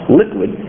liquid